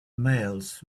mails